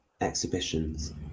exhibitions